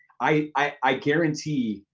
i guarantee,